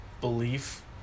belief